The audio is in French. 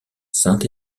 saint